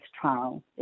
trial